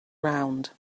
round